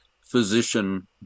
physician